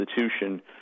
institution